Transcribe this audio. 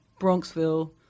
Bronxville